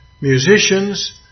musicians